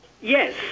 Yes